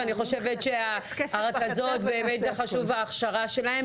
ואני חושבת שהרכזות באמת זה חשוב ההכשרה שלהן.